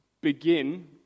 begin